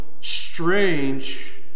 strange